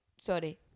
Sorry